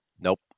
Nope